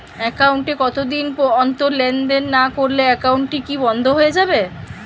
Account এ কতদিন অন্তর লেনদেন না করলে একাউন্টটি কি বন্ধ হয়ে যাবে?